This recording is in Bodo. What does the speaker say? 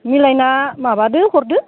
मिलायना माबादो हरदो